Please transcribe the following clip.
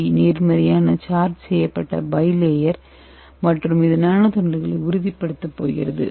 B நேர்மறையான charge செய்யப்பட்ட bilayer மற்றும் இது நானோ தண்டுகளை உறுதிப்படுத்தப் போகிறது